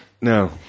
No